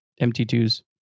MT2s